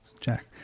Jack